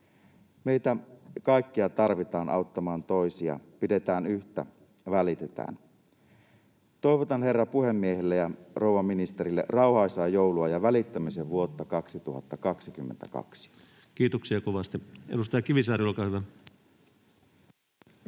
Meitä kaikkia tarvitaan auttamaan toisia. Pidetään yhtä ja välitetään. Toivotan herra puhemiehelle ja rouva ministerille rauhaisaa joulua ja välittämisen vuotta 2022! Kiitoksia kovasti. — Edustaja Kivisaari, olkaa hyvä.